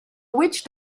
witch